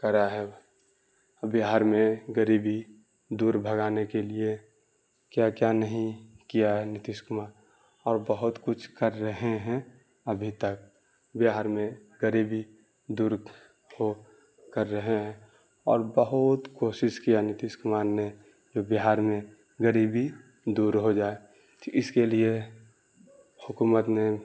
کرا ہے اب بہار میں غریبی دور بھگانے کے لیے کیا کیا نہیں کیا ہے نتیش کمار اور بہت کچھ کر رہے ہیں ابھی تک بہار میں غریبی دور کو کر رہے ہیں اور بہت کوشش کیا نتیش کمار نے جو بہار میں غریبی دور ہو جائے تو اس کے لیے حکومت نے